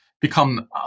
become